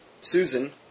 Susan